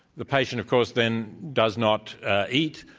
the patient, of course, then does not eat,